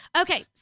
Okay